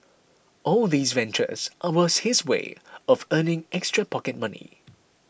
all these ventures are was his way of earning extra pocket money